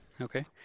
Okay